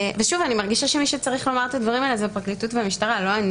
אני מרגישה שמי שצריך לומר את הדברים האלה זה הפרקליטות ולא אני,